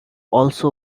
also